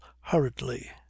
hurriedly